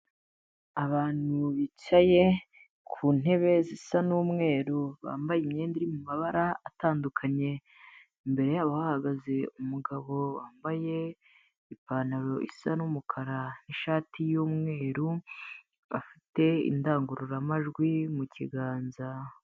Abantu bicaye ku ntebe zisa n'umweru, bambaye imyenda iri mu mabara atandukanye. Imbere yabo hahagaze umugabo wambaye ipantaro isa n'umukara n'ishati y'umweru, bafite indangururamajwi mu kiganza.